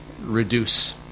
reduce